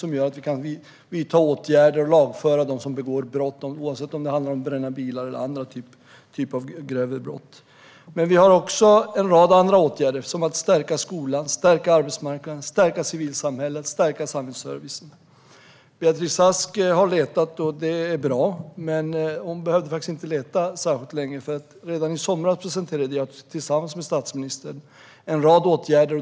Det gör att vi kan vidta åtgärder och lagföra dem som begår brott, oavsett om det handlar om att bränna bilar eller andra typer av grövre brott. Men vi har också en rad andra åtgärder, som att stärka skolan, stärka arbetsmarknaden, stärka civilsamhället och stärka samhällsservicen. Beatrice Ask har letat, och det är bra. Men hon hade faktiskt inte behövt leta särskilt länge. Redan i somras presenterade jag tillsammans med statsministern en rad åtgärder.